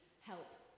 help